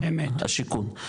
השיכון.